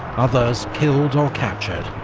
others killed, or captured.